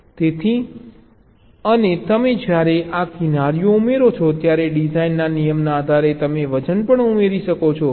તેથી અને તમે જ્યારે આ કિનારીઓ ઉમેરો છો ત્યારે ડિઝાઇનના નિયમના આધારે તમે વજન પણ ઉમેરી શકો છો